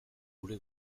gure